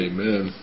Amen